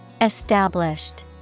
Established